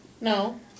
No